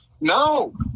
No